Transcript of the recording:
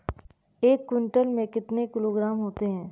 एक क्विंटल में कितने किलोग्राम होते हैं?